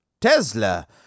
Tesla